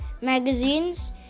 magazines